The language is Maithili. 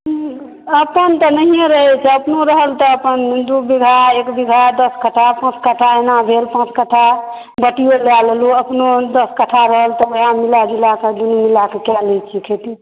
अपन तऽ नहिए रहै छै अपनौ रहल तऽ अपन दू बीघा एक बीघा दश कट्ठा पाँच कट्ठा एना भेल पाँच कट्ठा बटाइओ लए लेलहुॅं अपनो दश कट्ठा रहल तकरा मिलाजुलाके दुनू मिलाकें कए लै छियै खेती